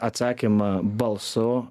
atsakymą balso